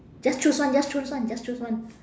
just choose one just choose one just choose one